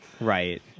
right